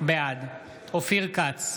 בעד אופיר כץ,